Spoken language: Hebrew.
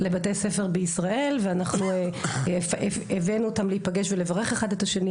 לבתי ספר בישראל ואנחנו הבאנו אותם להיפגש ולברך אחד את השני,